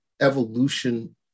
evolution